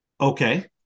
Okay